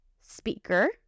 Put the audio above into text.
speaker